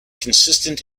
consistent